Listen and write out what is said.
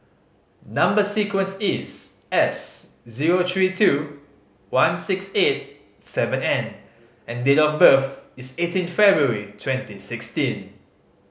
number sequence is S zero three two one six eight seven N and date of birth is eighteen February twenty sixteen